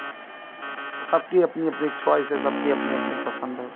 सबकी अपनी अपनी च्वाईस है सबकी अपनी अपनी पसंद है